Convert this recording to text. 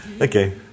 Okay